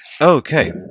Okay